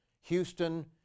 Houston